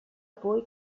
poi